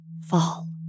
Fall